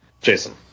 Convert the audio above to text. Jason